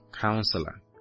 counselor